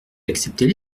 acceptez